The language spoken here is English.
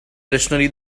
dictionary